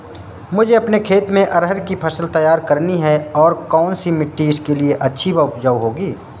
मुझे अपने खेत में अरहर की फसल तैयार करनी है और कौन सी मिट्टी इसके लिए अच्छी व उपजाऊ होगी?